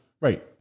Right